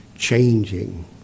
changing